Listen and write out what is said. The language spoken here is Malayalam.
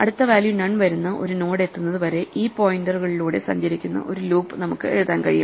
അടുത്ത വാല്യൂ നൺ വരുന്ന ഒരു നോഡ് എത്തുന്നത് വരെ ഈ പോയിന്ററുകളിലൂടെ സഞ്ചരിക്കുന്ന ഒരു ലൂപ്പ് നമുക്ക് എഴുതാൻ കഴിയും